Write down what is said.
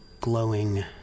glowing